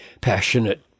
passionate